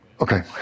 Okay